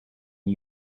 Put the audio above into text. new